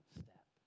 step